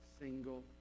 single